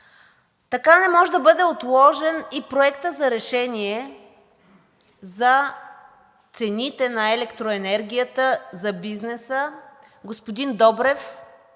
Не може да бъде отложен и Проектът на решение за цените на електроенергията за бизнеса. Господин Добрев